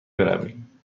برویم